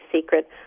Secret